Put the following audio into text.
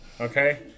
okay